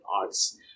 arts